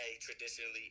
traditionally